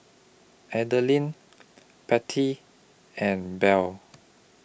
Adeline Patty and Bear